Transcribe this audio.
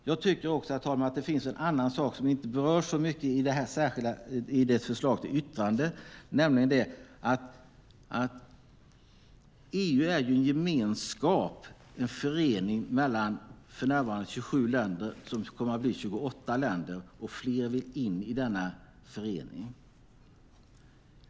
Jag tycker, herr talman, att det finns en annan sak som inte berörs så mycket i det här förslaget till yttrande, nämligen att EU är en gemenskap, en förening, mellan för närvarande 27 länder. Det kommer att bli 28 länder, och fler vill in i denna förening.